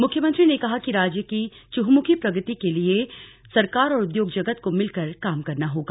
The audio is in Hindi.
मुख्यमंत्री ने कहा कि राज्य की चहुंमुखी प्रगति के लिए सरकार और उद्योग जगत को मिलकर काम करना होगा